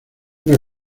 una